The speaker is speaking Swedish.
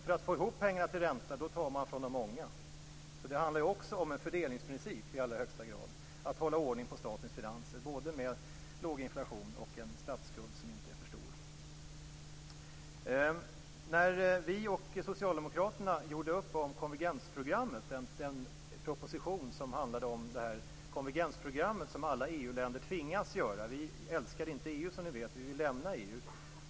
För att få ihop pengar till räntorna tar man från de många. Att hålla ordning på statens finanser, med låg inflation och en statsskuld som inte är för stor, handlar också i allra högsta grad om en fördelningsprincip. Vi gjorde upp med socialdemokraterna om den proposition som handlade om konvergensprogrammet, som alla EU-länder tvingades ta itu med. Vi älskar inte EU, som ni vet. Vi vill lämna EU.